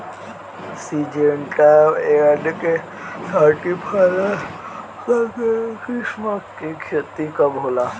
Syngenta NK thirty plus मक्का के किस्म के खेती कब होला?